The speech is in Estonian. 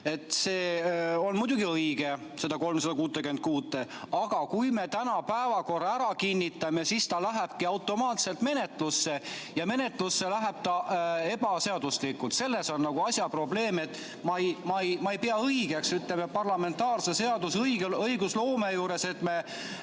on muidugi õige, aga kui me täna päevakorra ära kinnitame, siis see lähebki automaatselt menetlusse, ja menetlusse läheb see ebaseaduslikult. Probleem on selles, et ma ei pea õigeks, ütleme, parlamentaarse seadus-, õigusloome juures, et me